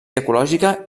ecològica